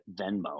venmo